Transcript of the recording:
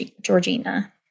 georgina